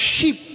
sheep